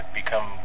become